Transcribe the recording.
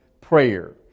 prayer